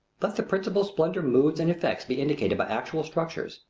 let the principal splendor moods and effects be indicated by actual structures,